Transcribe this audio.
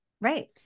Right